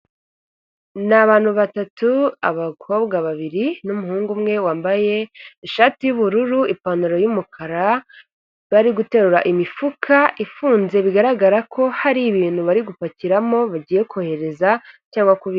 Ni abantu batatu, abakobwa babiri numuhungu umwe wambaye ishati y'ubururu, ipantaro y'umukara bari guterura imifuka ifunze bigaragara ko hari ibintu bari gupakiramo bagiye kohereza cyangwa kubi...